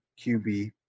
QB